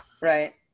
right